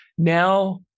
Now